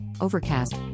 Overcast